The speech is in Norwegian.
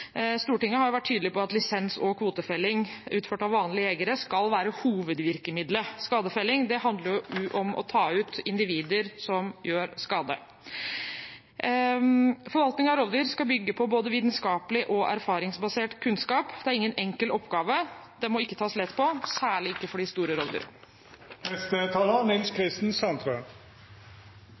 Stortinget har vært tydelig på at lisens- og kvotefelling utført av vanlige jegere skal være hovedvirkemidlet. Skadefelling handler om å ta ut individer som gjør skade. Forvaltning av rovdyr skal bygge på både vitenskapelig og erfaringsbasert kunnskap. Det er ingen enkel oppgave, og den må ikke tas lett på, særlig ikke for de store